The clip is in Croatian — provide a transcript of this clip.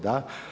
Da.